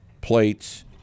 plates